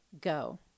go